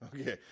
Okay